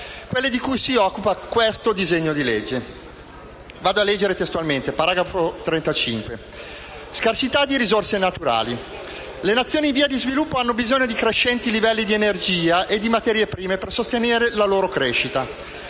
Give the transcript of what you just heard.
quelle di cui si occupa questo disegno di legge. Vado a leggere testualmente il paragrafo 35: «Scarsità di risorse naturali. Le Nazioni in via di sviluppo hanno bisogno di crescenti livelli di energia e di materie prime per sostenere la loro crescita.